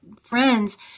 friends